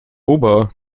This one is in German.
ober